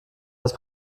das